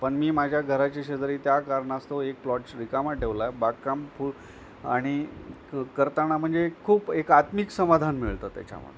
पण मी माझ्या घराच्या शेजरी त्या कारणास्तव एक प्लॉट रिकामा ठेवला बागकाम पू आणि क करताना म्हणजे खूप एक आत्मिक समाधान मिळतं त्याच्यामध्ये